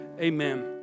Amen